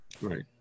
right